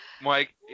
Mike